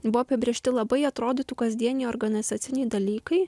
buvo apibrėžti labai atrodytų kasdieniai organizaciniai dalykai